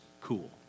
cool